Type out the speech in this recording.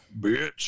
Bitch